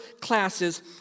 classes